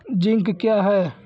Zinc क्या हैं?